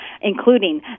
including